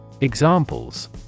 examples